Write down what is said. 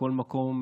לכל מקום,